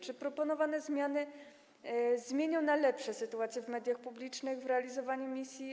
Czy proponowane zmiany zmienią na lepsze sytuację w mediach publicznych w realizowaniu misji?